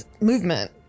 movement